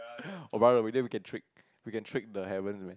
oh brother then we can trick we can trick the heavens man